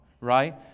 right